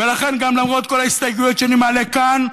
ולכן גם למרות כל ההסתייגויות שאני מעלה כאן,